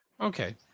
Okay